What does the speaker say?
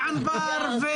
וענבר,